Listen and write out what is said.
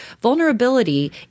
Vulnerability